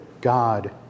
God